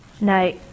No